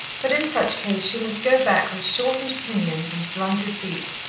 but in such case she must go back with shortened pinions and blunted beak.